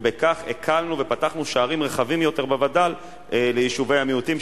ובכך הקלנו ופתחנו שערים רחבים יותר בווד"ל ליישובי המיעוטים,